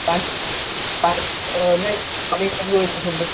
पान पान नहीं पानी की नहीं सुविधा